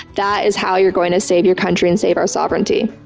that is how you're going to save your country, and save our sovereignty.